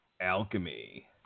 Alchemy